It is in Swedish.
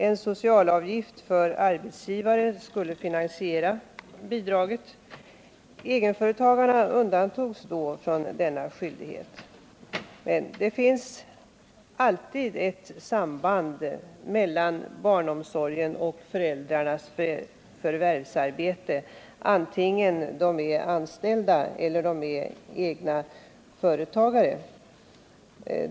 En socialavgift för arbetsgivare skulle finansiera bidraget. Egenföretagarna undantogs då från denna skyldighet. Men det finns alltid ett samband mellan barnomsorgen och föräldrarnas förvärvsarbete, antingen de är anställda eller de är egna företagare.